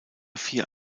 vier